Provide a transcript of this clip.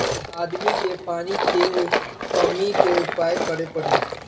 आदमी के पानी के कमी क उपाय करे के पड़ी